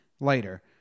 later